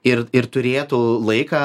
ir turėtų laiką na susipažinti ir